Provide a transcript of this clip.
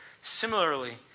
Similarly